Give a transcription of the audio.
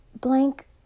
blank